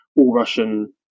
All-Russian